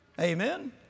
Amen